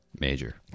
major